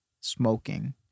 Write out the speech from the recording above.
smoking